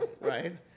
right